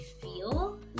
feel